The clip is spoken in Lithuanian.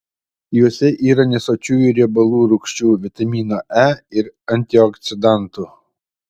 juose yra nesočiųjų riebalų rūgščių vitamino e ir antioksidantų